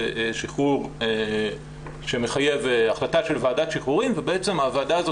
שחרור שמחייב החלטה של ועדת שחרורים ובעצם הוועדה הזאת